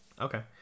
Okay